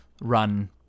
run